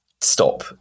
stop